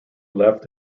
left